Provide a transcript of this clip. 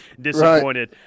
disappointed